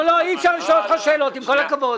לא, אי-אפשר לשאול אותך שאלות, עם כל הכבוד.